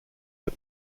but